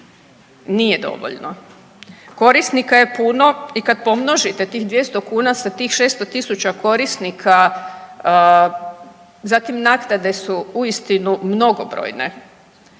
nije dovoljno. Korisnika je puno i kad pomnožite tih 200 kuna sa tih 600.000 korisnika zatim naknade su uistinu mnogobrojne.